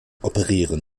operieren